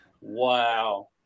Wow